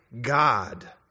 God